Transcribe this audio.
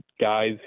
guys